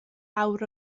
awr